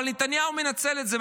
אבל נתניהו מנצל את זה,